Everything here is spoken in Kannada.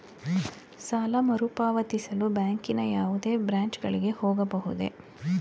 ಸಾಲ ಮರುಪಾವತಿಸಲು ಬ್ಯಾಂಕಿನ ಯಾವುದೇ ಬ್ರಾಂಚ್ ಗಳಿಗೆ ಹೋಗಬಹುದೇ?